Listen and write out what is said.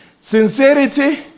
Sincerity